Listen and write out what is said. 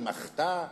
היא מחתה?